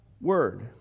word